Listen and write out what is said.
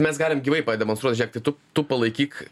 mes galim gyvai pademonstruot žėk tai tu tu palaikyk